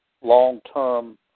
long-term